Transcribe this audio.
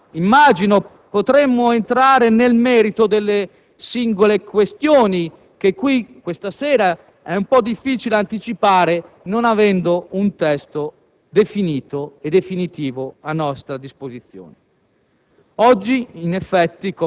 Da domani - immagino - potremo entrare nel merito delle singole questioni che qui, questa sera, è un po' difficile anticipare non avendo un testo definito e definitivo a nostra disposizione.